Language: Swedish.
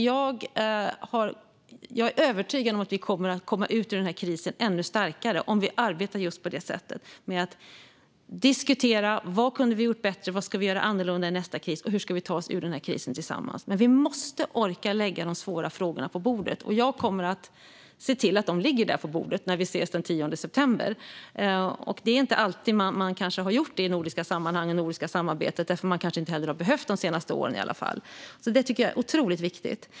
Jag är övertygad om att vi kommer att komma ur denna kris ännu starkare om vi arbetar på ett sådant sätt att vi diskuterar vad vi hade kunnat göra bättre, vad vi ska göra annorlunda i nästa kris och hur vi ska ta oss ur krisen tillsammans. Men vi måste orka lägga de svåra frågorna på bordet. Jag kommer att se till att de finns på bordet när vi ses den 10 september. Det är kanske inte alltid man har gjort så i nordiska sammanhang och inom det nordiska samarbetet. Man har kanske inte behövt det under de senaste åren. Allt detta tycker jag är otroligt viktigt.